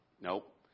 Nope